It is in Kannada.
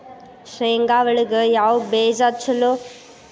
ಶೇಂಗಾ ಒಳಗ ಯಾವ ಬೇಜ ಛಲೋ?